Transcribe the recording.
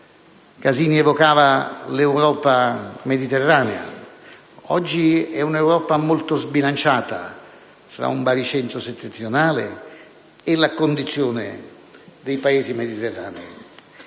Casini evocava l'Europa mediterranea. Oggi esiste un'Europa molto sbilanciata fra un baricentro settentrionale e la condizione dei Paesi mediterranei.